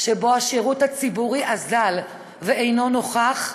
שבו השירות הציבורי אזל ואינו נוכח,